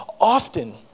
Often